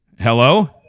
Hello